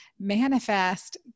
manifest